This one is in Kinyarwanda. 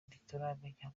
ntituramenya